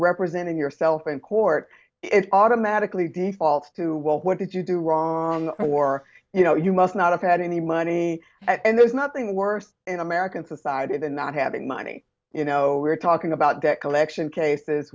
representing yourself in court it's automatically default who will what did you do wrong or you know you must not have had any money and there's nothing worse in american society than not having money you know we're talking about debt collection cases